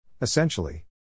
Essentially